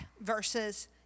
versus